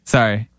Sorry